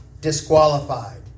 disqualified